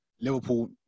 Liverpool